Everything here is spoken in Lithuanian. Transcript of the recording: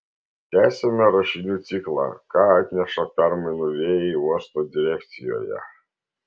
tęsiame rašinių ciklą ką atneša permainų vėjai uosto direkcijoje